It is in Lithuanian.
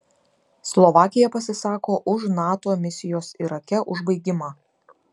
slovakija pasisako už nato misijos irake užbaigimą